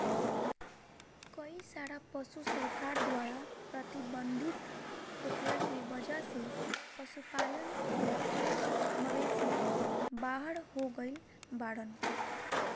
कई सारा पशु सरकार द्वारा प्रतिबंधित होखला के वजह से पशुपालन से कई मवेषी बाहर हो गइल बाड़न